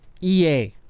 EA